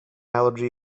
allergy